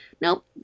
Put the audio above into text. Nope